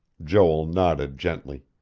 joel nodded gently.